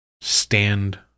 Stand